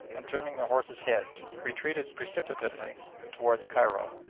and turning their horses' heads retreated precipitately towards cairo.